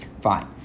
Fine